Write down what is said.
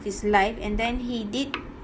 his life and then he did